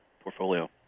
portfolio